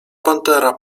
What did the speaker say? pantera